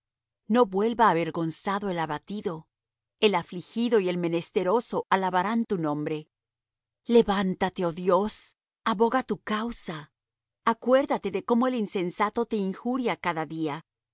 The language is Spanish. no vuelva avergonzado el abatido el afligido y el menesteroso alabarán tu nombre levántate oh dios aboga tu causa acuérdate de cómo el insensato te injuria cada día